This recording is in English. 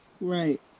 Right